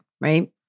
Right